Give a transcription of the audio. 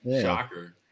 shocker